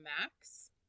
Max